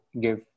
give